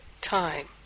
time